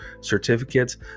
certificates